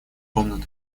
комнаты